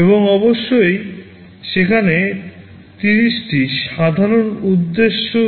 এবং অবশ্যই সেখানে 30 টি সাধারণ উদ্দেশ্যে